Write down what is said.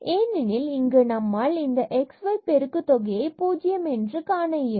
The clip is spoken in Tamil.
ஏனெனில் இங்கு நம்மால் இந்த xy பெருக்கு தொகையை 0 என்று காண இயலும்